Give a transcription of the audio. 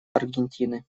аргентины